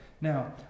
Now